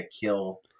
kill